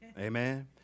Amen